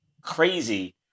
crazy